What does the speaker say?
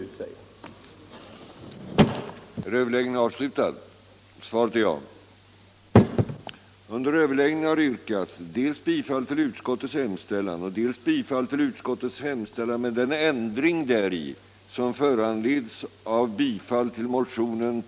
Överläggningen var härmed slutad.